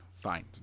fine